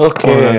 Okay